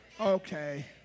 Okay